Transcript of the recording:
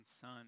son